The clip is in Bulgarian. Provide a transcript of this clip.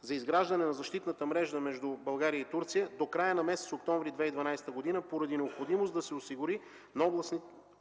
за изграждане на защитната мрежа между България и Турция до края на месец октомври 2012 г., поради необходимост да се осигури на